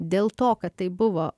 dėl to kad tai buvo